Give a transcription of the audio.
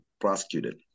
prosecuted